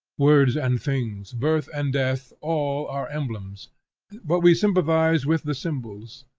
words and things, birth and death, all are emblems but we sympathize with the symbols,